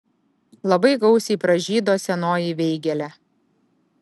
labai gausiai pražydo senoji veigelė